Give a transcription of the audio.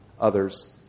others